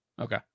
Okay